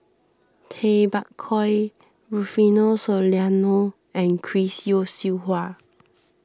Tay Bak Koi Rufino Soliano and Chris Yeo Siew Hua